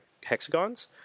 hexagons